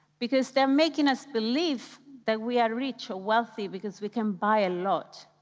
because they're making us believe that we are rich or wealthy because we can buy a lot.